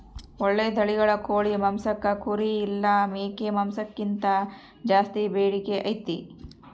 ಓಳ್ಳೆ ತಳಿಗಳ ಕೋಳಿ ಮಾಂಸಕ್ಕ ಕುರಿ ಇಲ್ಲ ಮೇಕೆ ಮಾಂಸಕ್ಕಿಂತ ಜಾಸ್ಸಿ ಬೇಡಿಕೆ ಐತೆ